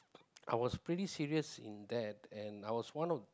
I was pretty serious in that and I was one of